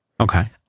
Okay